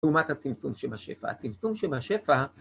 לעומת הצמצום שבשפע. הצמצום שבשפע...